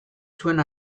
zuen